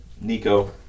Nico